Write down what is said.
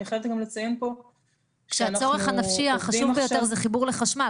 אני חייבת גם לציין פה -- הצורך הנפשי החשוב ביותר זה חיבור לחשמל,